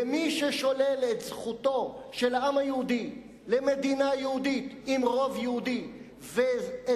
ומי ששולל את זכותו של העם היהודי למדינה יהודית עם רוב יהודי ואת